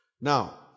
Now